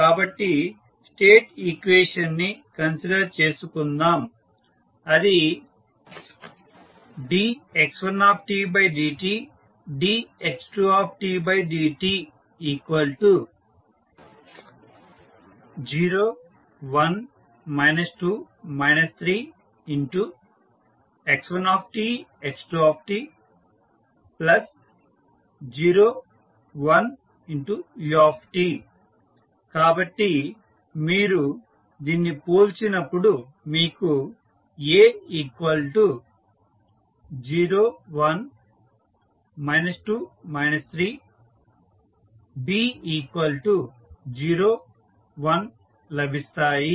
కాబట్టి state equation ని consider చేసుకుందాం అది dx1dt dx2dt 0 1 2 3 x1 x2 0 1 u కాబట్టి మీరు దీన్ని పోల్చినప్పుడు మీకు A 0 1 2 3 B 0 1 లభిస్తాయి